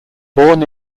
born